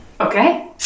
Okay